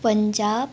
Punjab